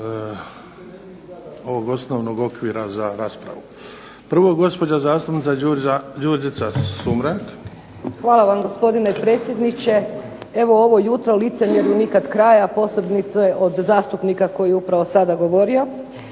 Hvala vam gospodine predsjedniče. Evo ovo jutro licemjerju nikada kraja, posebno od zastupnika koji je upravo sada govorio.